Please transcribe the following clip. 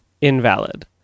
Invalid